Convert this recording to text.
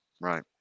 right